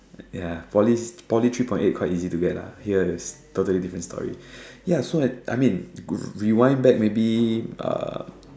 ya Poly Poly three point eight quite easy to get lah here is totally different story ya so like I mean rewind back maybe uh